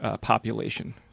population